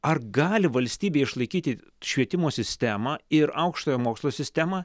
ar gali valstybė išlaikyti švietimo sistemą ir aukštojo mokslo sistemą